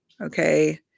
Okay